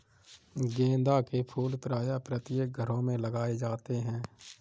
गेंदा के फूल प्रायः प्रत्येक घरों में लगाए जाते हैं